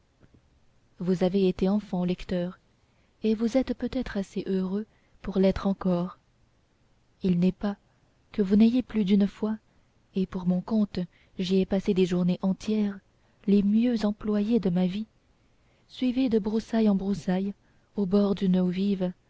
vous avez été enfant lecteur et vous êtes peut-être assez heureux pour l'être encore il n'est pas que vous n'ayez plus d'une fois et pour mon compte j'y ai passé des journées entières les mieux employées de ma vie suivi de broussaille en broussaille au bord d'une eau vive